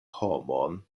homon